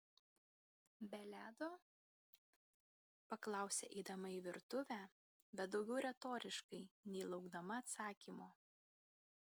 be ledo paklausė eidama į virtuvę bet daugiau retoriškai nei laukdama atsakymo